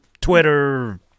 Twitter